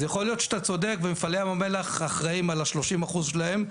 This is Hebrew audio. אז יכול להיות שאתה צודק ומפעלי ים המלח אחראים על ה- 30% שלהם,